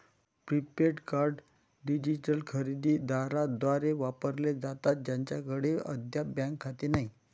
prepaid card digital खरेदी दारांद्वारे वापरले जातात ज्यांच्याकडे अद्याप बँक खाते नाही